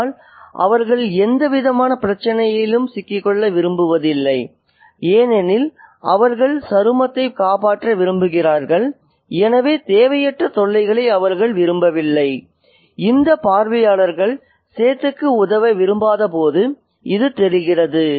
அதனால் அவர்கள் எந்த விதமான பிரச்சனையிலும் சிக்கிக்கொள்ள விரும்புவதில்லை ஏனெனில் அவர்கள் சருமத்தை காப்பாற்ற விரும்புகிறார்கள் எனவே தேவையற்ற தொல்லைகளை அவர்கள் விரும்பவில்லை இந்த பார்வையாளர்கள் சேத்துக்கு உதவ விரும்பாதபோது இது தெரிகிறது